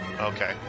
okay